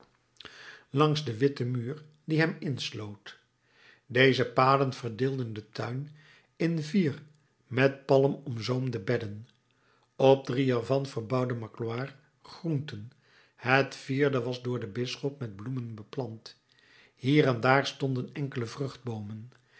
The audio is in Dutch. langs den witten muur die hem insloot deze paden verdeelden den tuin in vier met palm omzoomde bedden op drie ervan verbouwde magloire groenten het vierde was door den bisschop met bloemen beplant hier en daar stonden enkele